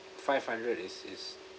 five hundred is is